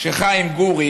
שחיים גורי